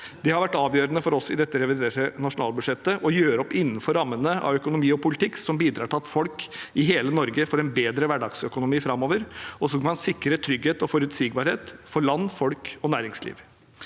det vært avgjørende for oss at revidert nasjonalbudsjett skulle gjøres opp innenfor rammer av økonomi og politikk som bidrar til at folk i hele Norge kan få en bedre hverdagsøkonomi framover, og som kan sikre trygghet og forutsigbarhet for land, folk og næringsliv.